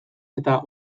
eta